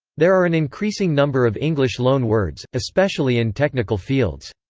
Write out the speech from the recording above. there are an increasing number of english loan-words, especially in technical fields.